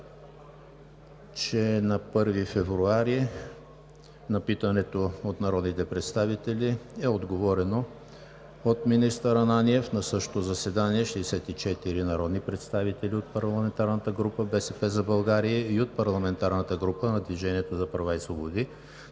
че на 1 февруари на питането от народните представители е отговорено от министър Ананиев. На същото заседание 64 народни представители от парламентарната група на „БСП за България“ и от парламентарната група на „Движението за права и свободи“